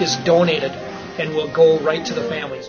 is donated and will go right to the famil